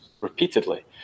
repeatedly